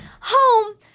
Home